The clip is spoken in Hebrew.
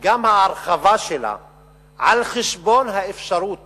וגם ההרחבה שלה על-חשבון האפשרות